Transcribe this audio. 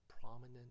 prominent